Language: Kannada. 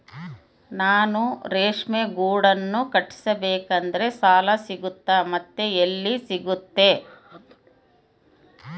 ನಾನು ರೇಷ್ಮೆ ಗೂಡನ್ನು ಕಟ್ಟಿಸ್ಬೇಕಂದ್ರೆ ಸಾಲ ಸಿಗುತ್ತಾ ಮತ್ತೆ ಎಲ್ಲಿ ಸಿಗುತ್ತೆ?